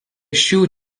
šių